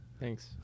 thanks